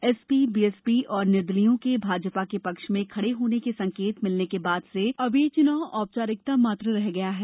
SP BSP और निर्दलीयों के भाजपा के पक्ष में खड़े होने के संकेत मिलने के बाद से अब यह चुनाव औपचारिकता मात्र रह गया है